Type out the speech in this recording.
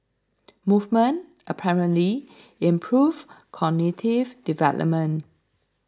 movement apparently improve cognitive development